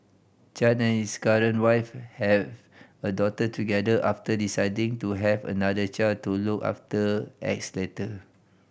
Chan and his current wife have a daughter together after deciding to have another child to look after X later